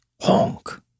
Honk